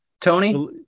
Tony